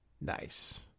Nice